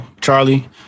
charlie